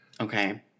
Okay